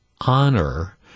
honor